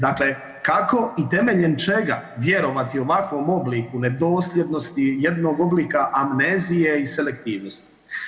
Dakle, kako i temeljem čega vjerovati ovakvom obliku nedosljednosti jednog oblika amnezije i selektivnosti?